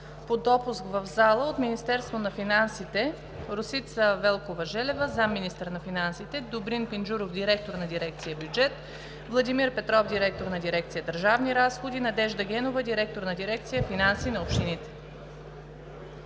по допуск в залата от Министерството на финансите: Росица Велкова Желева – заместник министър на финансите, Добрин Пенджуров – директор на дирекция „Бюджет“, Владимир Петров – директор на дирекция „Държавни разходи“, и Надежда Генова – директор на дирекция „Финанси на общините“.